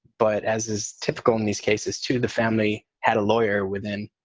but as is typical in these cases to the family, had a lawyer within,